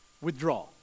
withdraw